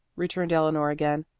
returned eleanor again.